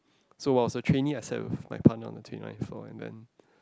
so while as a trainee I sat with my partner on the twenty ninth floor and then